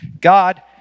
God